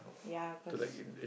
ya cause